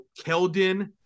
Keldon